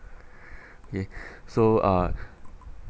okay so uh